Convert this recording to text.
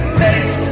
face